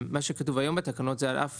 מה שכתוב היום בתקנות זה: "על אף